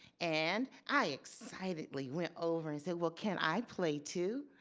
and i excitedly went over and said, well, can i play too?